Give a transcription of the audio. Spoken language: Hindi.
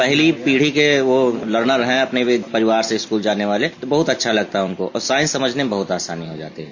पहली पीढ़ी के वह लर्नर है अपने परिवार से स्कूल जाने वाले बहुत अच्छा लगता है उनको और साइंस समझने में बहुत आसानी हो जाती है